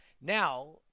Now